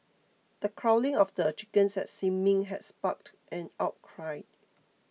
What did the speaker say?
the culling of the chickens at Sin Ming had sparked an outcry